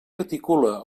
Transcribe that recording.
articula